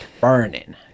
burning